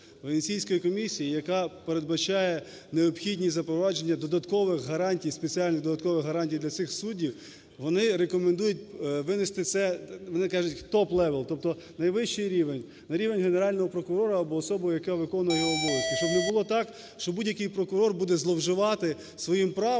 Венеційської комісії, яка передбачає необхідність запровадження додаткових гарантій, спеціальних додаткових гарантій для цих суддів, вони рекомендують винести це… Вони кажуть top-level, тобто найвищий рівень, на рівень Генерального прокурора або особа, яка виконує його обов'язки. Щоб не було так, що будь-який прокурор буде зловживати своїм правом